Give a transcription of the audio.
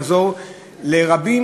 לעזור לרבים,